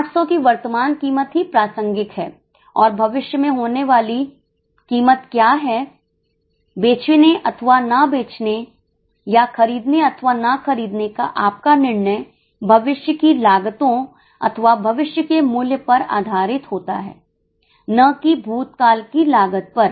800 की वर्तमान कीमत ही प्रासंगिक है और भविष्य में होने वाली कीमत क्या है बेचने अथवा ना बेचने या खरीदने अथवा ना खरीदने का आपका निर्णय भविष्य की लागतो अथवा भविष्य के मूल्य पर आधारित होता है ना कि भूतकाल की लागत पर